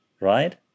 right